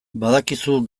badakizu